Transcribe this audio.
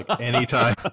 anytime